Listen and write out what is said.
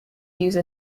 use